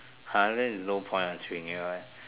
!huh! then there's no point answering it right